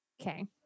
Okay